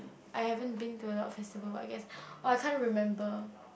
I haven't been to a lot of festival I guess or I can't remember